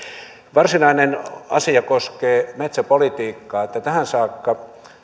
varsinainen asia koskee metsäpolitiikkaa tähän saakka